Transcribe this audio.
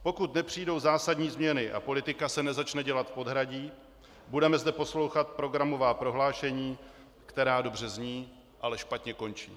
Pokud nepřijdou zásadní změny a politika se nezačne dělat v podhradí, budeme zde poslouchat programová prohlášení, která dobře zní, ale špatně končí.